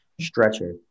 stretcher